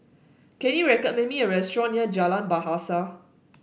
can you recommend me a restaurant near Jalan Bahasa